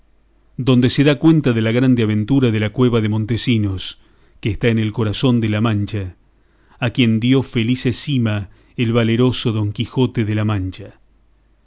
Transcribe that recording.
donde se da cuenta de la grande aventura de la cueva de montesinos que está en el corazón de la mancha a quien dio felice cima el valeroso don quijote de la mancha